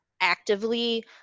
actively